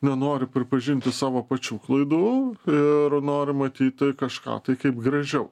nenori pripažinti savo pačių klaidų ir nori matyti kažką tai kaip gražiau